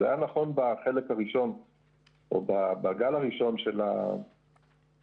זה היה נכון בחלק הראשון או בגל הראשון של המגפה.